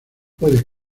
puede